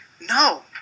No